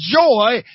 joy